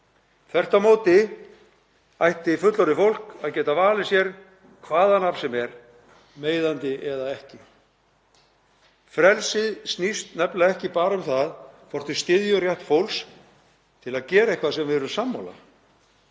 Þvert á móti ætti fullorðið fólk að geta valið sér hvaða nafn sem er, meiðandi eða ekki. Frelsið snýst nefnilega ekki bara um það hvort við styðjum rétt fólks til að gera eitthvað sem við erum sammála,